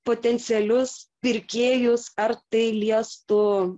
potencialius pirkėjus ar tai liestų